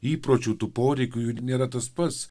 įpročių tų poreikių jų nėra tas pats